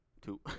Two